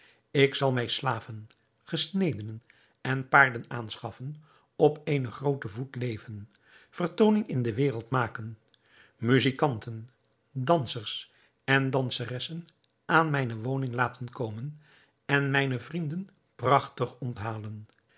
ik zal mij slaven gesnedenen en paarden aanschaffen op eenen grooten voet leven vertooning in de wereld maken muzijkanten dansers en danseressen aan mijne woning laten komen en mijne vrienden prachtig onthalen